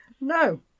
No